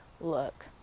Look